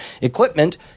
equipment